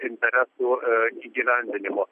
interesų įgyvendinimo